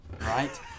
right